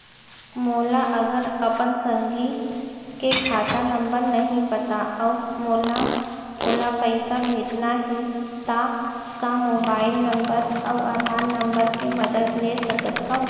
मोला अगर अपन संगी के खाता नंबर नहीं पता अऊ मोला ओला पइसा भेजना हे ता का मोबाईल नंबर अऊ आधार नंबर के मदद ले सकथव?